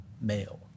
male